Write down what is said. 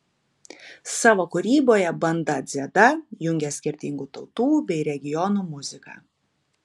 savo kūryboje banda dzeta jungia skirtingų tautų bei regionų muziką